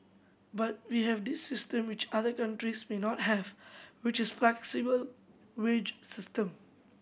but we have this system which other countries may not have which is flexible wage system